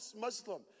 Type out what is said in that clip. Muslim